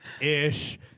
ish